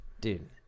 Dude